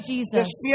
Jesus